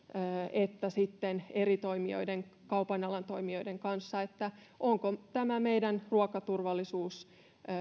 että eri toimijoiden kaupan alan toimijoiden kanssa siitä onko tämä meidän ruokaturvallisuutemme